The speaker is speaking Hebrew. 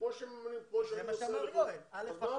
זה מה שיואל אמר.